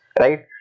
right